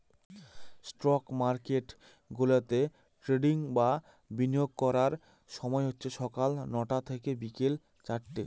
stock market গুলাতে trading বা বিনিয়োগ করার সময় হচ্ছে সকাল নটা থেকে বিকেল চারটে